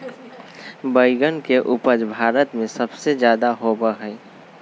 बैंगन के उपज भारत में सबसे ज्यादा होबा हई